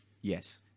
Yes